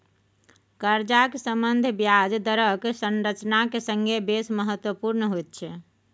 कर्जाक सम्बन्ध ब्याज दरक संरचनाक संगे बेस महत्वपुर्ण होइत छै